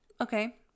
Okay